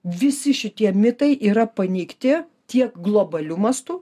visi šitie mitai yra paneigti tiek globaliu mastu